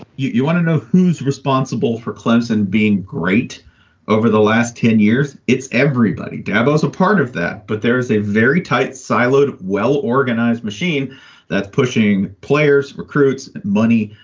you you want to know who's responsible for clemson being great over the last ten years. it's everybody. dabo is a part of that. but there is a very tight, siloed, well-organized machine that's pushing players, recruits, money,